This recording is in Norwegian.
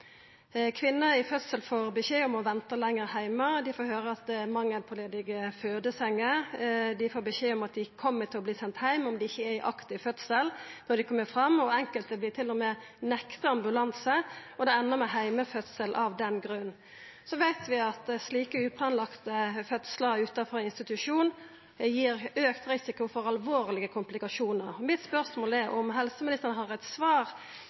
Kvinner i fødsel får beskjed om å venta lenger heime, dei får høyra om mangel på ledige fødesenger, dei får beskjed om at dei kjem til å verta sende heim om dei ikkje er i aktiv fødsel når dei kjem fram, og enkelte vert til og med nekta ambulanse, og det endar med heimefødsel av den grunn. Vi veit at slike ikkje-planlagde fødslar utanfor institusjon, gir auka risiko for alvorlege komplikasjonar. Spørsmålet mitt er om helseministeren har eit svar